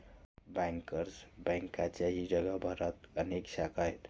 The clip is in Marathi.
बँकर्स बँकेच्याही जगभरात अनेक शाखा आहेत